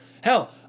Hell